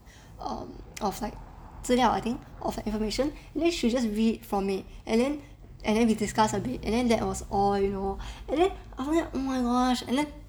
um I was like 资料 I think I was like information and then she will just read from it and then and then we discuss a bit and then that was all you know and then after that oh my gosh and then